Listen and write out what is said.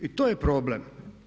I to je problem.